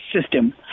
system